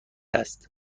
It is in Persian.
است